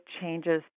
changes